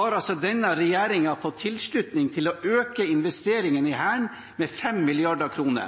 har denne regjeringen fått tilslutning til å øke investeringene i Hæren med